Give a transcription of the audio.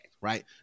right